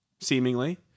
seemingly